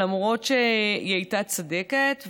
למרות שהיא הייתה צדקת,